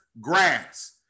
grass